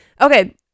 okay